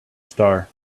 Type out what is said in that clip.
star